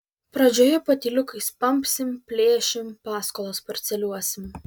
pradžioje patyliukais pampsim plėšim paskolas parceliuosim